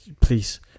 please